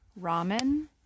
ramen